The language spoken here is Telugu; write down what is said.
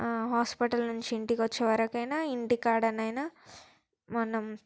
హాస్పిటల్ నుండి ఇంటికి వచ్చే వరకైనా ఇంటికాడనైనా మనం